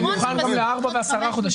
למה להכניס אותם אחר כך לעוד פול?